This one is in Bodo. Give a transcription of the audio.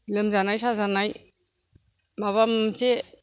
लोमजानाय साजानाय माबा मोनसे